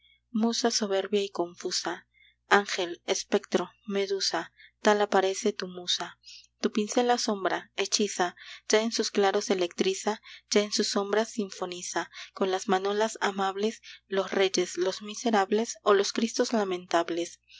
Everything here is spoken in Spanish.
musa soberbia y confusa ángel espectro medusa tal aparece tu musa tu pincel asombra hechiza ya en sus claros electriza ya en sus sombras sinfoniza con las manolas amables los reyes los miserables o los cristos lamentables